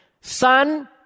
Son